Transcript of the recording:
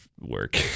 work